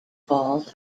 balls